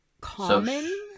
common